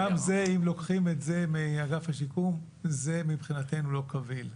גם אם לוקחים את זה מאגף השיקום זה מבחינתנו לא קביל.